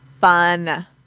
fun